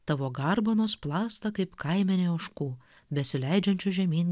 tavo garbanos plazda kaip kaimenė ožkų besileidžiančių žemyn